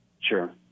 Sure